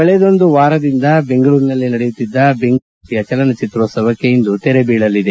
ಕಳೆದೊಂದು ವಾರದಿಂದ ಬೆಂಗಳೂರಿನಲ್ಲಿ ನಡೆಯುತ್ತಿದ್ದ ಬೆಂಗಳೂರು ಅಂತಾರಾಷ್ಟೀಯ ಚಲನ ಚಿತ್ರೋತ್ಸವಕ್ಕೆ ಇಂದು ತೆರೆ ಬೀಳಲಿದೆ